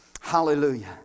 Hallelujah